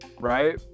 right